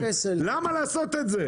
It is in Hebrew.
למה לעשות את זה?